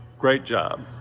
great job.